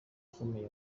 ukomeye